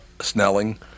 Snelling